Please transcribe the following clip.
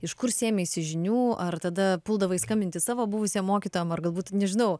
iš kur sėmeisi žinių ar tada puldavai skambinti savo buvusiem mokytojam ar galbūt nežinau